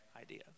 idea